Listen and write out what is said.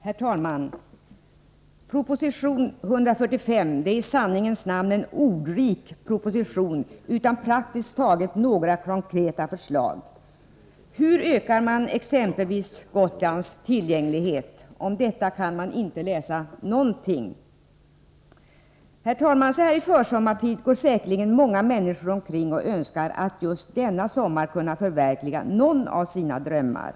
Herr talman! Proposition 1983/84:145 är en i sanning ordrik proposition, dock praktiskt taget utan några konkreta förslag. Hur ökar man exempelvis Gotlands tillgänglighet? Om detta kan man inte läsa någonting i propositionen. Så här i försommartid är det säkerligen många människor som hoppas att de just denna sommar skall kunna förverkliga någon av sina drömmar.